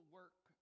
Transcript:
work